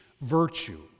virtue